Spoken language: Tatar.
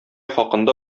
хакында